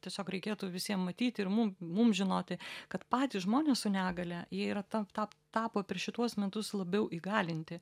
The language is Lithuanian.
tiesiog reikėtų visiem matyti ir mum mum žinoti kad patys žmonės su negalia jie yra ta ta tapo per šituos metus labiau įgalinti